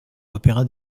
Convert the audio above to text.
l’opéra